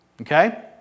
okay